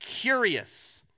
curious